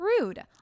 Rude